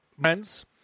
friends